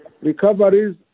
Recoveries